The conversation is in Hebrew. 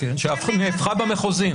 שמאפשרת --- שנהפכה במחוזי,